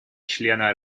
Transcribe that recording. члена